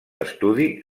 estudi